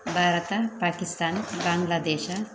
Bharat Pakistan Bangladesh